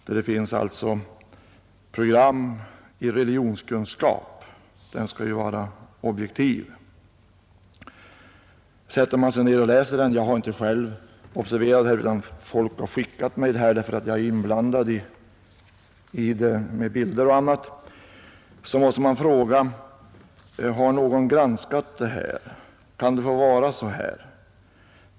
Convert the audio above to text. Häftet innehåller program i religionskunskap — den skall ju vara objektiv. Jag har inte själv observerat detta material, utan folk har skickat mig det eftersom jag förekommer där på bilder och på annat sätt. Man måste fråga: Har någon granskat detta material? Kan det få vara så här?